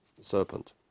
serpent